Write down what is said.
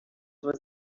was